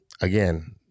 again